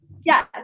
Yes